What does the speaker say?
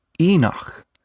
Enoch